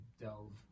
delve